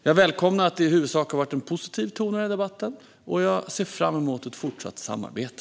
Jag välkomnar att det i huvudsak har varit en positiv ton i denna debatt, och jag ser fram emot ett fortsatt samarbete.